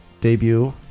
debut